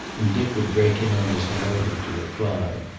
and dick would break in on his narrative to reply.